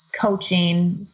coaching